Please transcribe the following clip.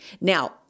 Now